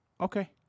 okay